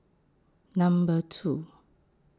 Number two